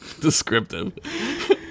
Descriptive